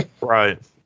Right